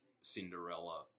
Cinderella